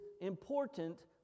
important